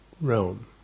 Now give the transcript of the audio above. realm